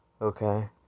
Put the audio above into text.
Okay